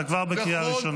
אתה כבר בקריאה ראשונה.